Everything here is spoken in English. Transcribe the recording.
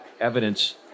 evidence